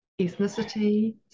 ethnicity